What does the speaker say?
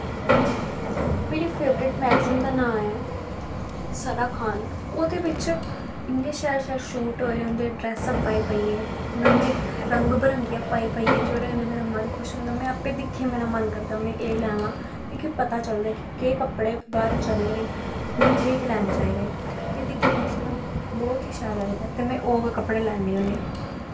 मेरी favourite magazine दा नांऽ ऐ सरा खान ओह्दे बिच इन्ने शैल शैल शूट होए दे होंदे ड्रैस्सअप्प पाई पाइयै नमे रंग बरंगियां पाई पाइयै जेह्दे कन्नै मेरा मन खुश होंदा में आपें दिक्खियै मन करदा में एह् लैमा मिकी पता चलदा कि केह् कपड़े बाह्र चला दे मीं केह् केह् लैना चाही दे मीं दिक्खी दिक्खियै बहुत ई शैल लगदा ते में ओह् गै कपड़े लैन्नी होन्नी